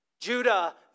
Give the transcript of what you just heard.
Judah